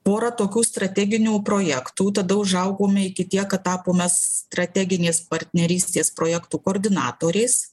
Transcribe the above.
pora tokių strateginių projektų tada užaugome iki tiek kad tapome strateginės partnerystės projektų koordinatoriais